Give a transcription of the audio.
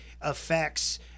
affects